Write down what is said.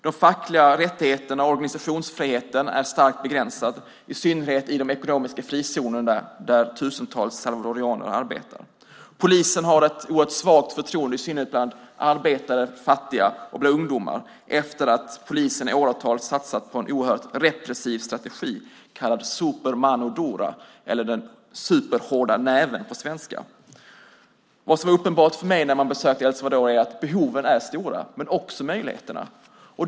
De fackliga rättigheterna och organisationsfriheten är starkt begränsade, i synnerhet i de ekonomiska frizonerna där tusentals salvadoraner arbetar. Polisen har ett oerhört svagt förtroende, i synnerhet bland arbetare, fattiga och ungdomar efter det att polisen i åratal har satsat på en mycket repressiv strategi. Den kallas Super mano dura, eller den superhårda näven på svenska. Vad som var uppenbart för mig när jag besökte El Salvador var att behoven är stora, men också möjligheterna.